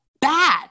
bad